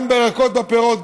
גם בירקות ובפירות,